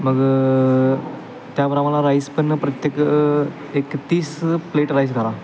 मग त्याप्रमाणं राईस पण प्रत्येक एक एक तीस प्लेट राईस घाला